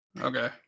Okay